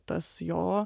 tas jo